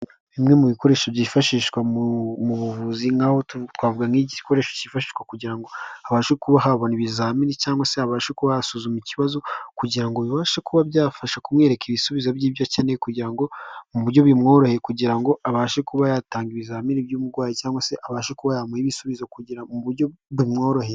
Bimwe mu bikoresho byifashishwa mu buvuzi, nkaho twavuga nk'iki gikoresho cyifashishwa kugira ngo habashe kuba haboneka ibizamini, cyangwa se abashe kuba hasuzumwa ikibazo, kugira ngo bibashe kuba byafasha kumwereka ibisubizo by'ibyo akeneye, kugira ngo, mu buryo bimworohe, kugira ngo abashe kuba yatanga ibizamini by'umurwayi, cyangwa se abashe kubona ibisubizo mu buryo bumworoheye.